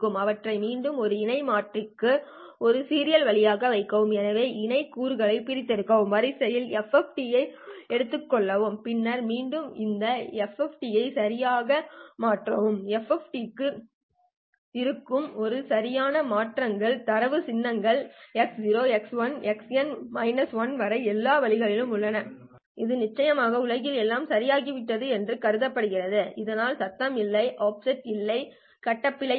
அவற்றை மீண்டும் ஒரு இணை மாற்றிக்கு ஒரு சீரியல் வழியாக வைக்கவும் எனவே இணையான கூறுகளை பிரித்தெடுக்கவும் வரிசையின் FFT ஐ எடுத்துக் கொள்ளவும் பின்னர் மீண்டும் இந்த FFT ஐ ஒரு சீரியலாக மாற்றவும் FFT க்குப் பிறகு இதை ஒரு சீரியலாக மாற்றுகிறீர்கள் தரவு சின்னங்கள் எக்ஸ் 0 எக்ஸ் 1 எக்ஸ்என் 1 வரை எல்லா வழிகளிலும் உள்ளன இது நிச்சயமாக உலகில் எல்லாம் சரியாகிவிட்டது என்று கருதுகிறது இதனால் சத்தம் இல்லை ஆஃப்செட் இல்லை கட்ட பிழை இல்லை